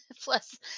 Plus